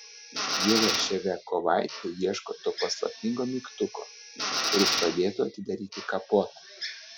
ieva ševiakovaitė ieško to paslaptingo mygtuko kuris padėtų atidaryti kapotą